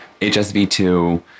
HSV2